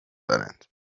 دارند